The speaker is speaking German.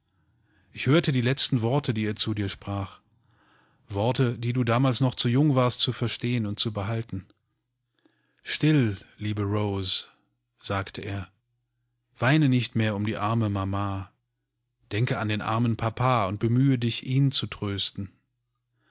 ich hörte die letzten worte die er zu dir sprach worte die du damals noch zu jung warst zu verstehen und zu behalten still lieberose sagteer weinenichtmehrumdiearmemama denkeandenarmenpapa und bemühe dich ihn zu trösten